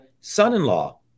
son-in-law